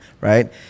right